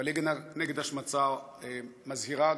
הליגה נגד השמצה מזהירה,